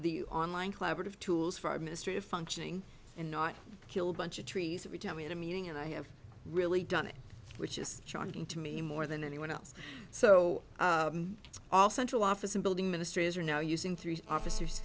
the online collaborative tools for administrative functioning and not kill bunch of trees that would tell me in a meeting and i have really done it which is shocking to me more than anyone else so it's all central office and building ministries are now using three officers